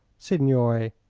signore,